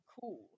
cool